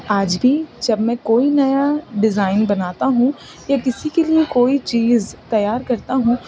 آج بھی جب میں کوئی نیا ڈیزائن بناتا ہوں یا کسی کے لیے کوئی چیز تیار کرتا ہوں